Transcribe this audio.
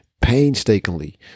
painstakingly